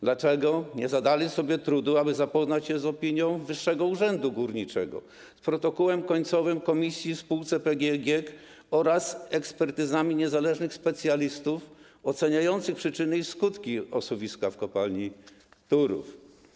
Dlaczego nie zadali sobie trudu, aby zapoznać się z opinią Wyższego Urzędu Górniczego, protokołem końcowym komisji w spółce PGE GiEK oraz ekspertyzami niezależnych specjalistów oceniających przyczyny i skutki osuwiska w kopalni Turów?